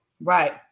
Right